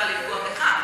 רוצה לפגוע בך,